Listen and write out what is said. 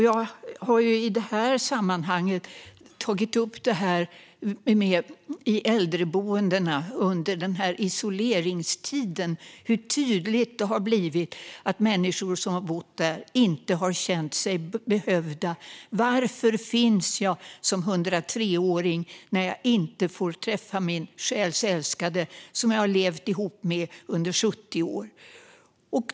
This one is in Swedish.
Jag har i detta sammanhang tagit upp hur tydligt det har blivit i äldreboendena under den här isoleringstiden att människor som bott där inte har känt sig behövda: Varför finns jag som 103-åring när jag inte får träffa min själs älskade, som jag levt ihop med under 70 år?